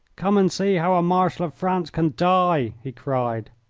come and see how a marshal of france can die! he cried.